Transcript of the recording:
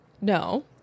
No